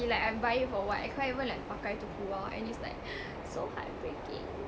like I buy it for what I can't even like pakai to keluar and it's like so heart breaking